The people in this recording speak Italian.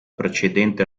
precedente